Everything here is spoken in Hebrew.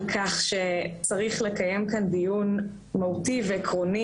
כך שצריך לקיים כאן דיון מהותי ועקרוני.